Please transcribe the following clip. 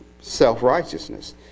self-righteousness